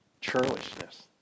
churlishness